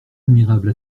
admirable